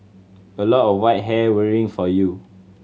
a lot of white hair worrying for you